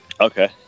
Okay